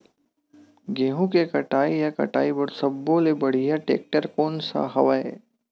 गेहूं के कटाई या कटाई बर सब्बो ले बढ़िया टेक्टर कोन सा हवय?